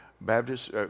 Baptist